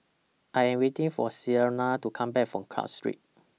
I Am waiting For Celena to Come Back from Club Street